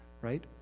right